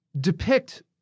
depict